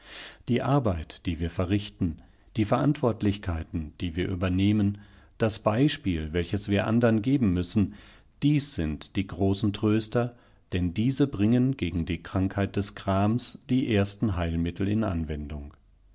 die arbeit die wir verrichten die verantwortlichkeiten die wir übernehmen das beispiel welches wir andern geben müssen dies sind die großen tröster denn diese bringen gegen die krankheitdesgramsdieerstenheilmittelinanwendung die zeit